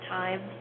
time